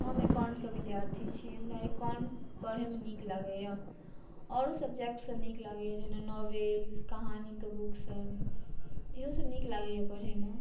हम एकाउन्ट केँ विद्यार्थी छी हमरा एकाउन्ट पढ़ैमे नीक लागैयऽ आओरो सब्जेक्ट सभ नीक लागैयऽ जेना नॉवेल कहानीकेँ बुक सभ इहो सभ नीक लागैया पढ़ैमे